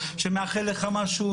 מאחל לך משהו,